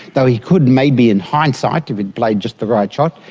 though he could maybe in hindsight if he'd played just the right shot.